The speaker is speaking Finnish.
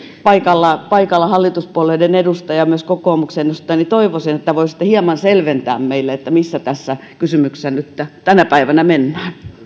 paikalla paikalla hallituspuolueiden edustaja ja myös kokoomuksen edustaj a niin että toivoisin että voisitte hieman selventää meille missä tässä kysymyksessä tänä päivänä mennään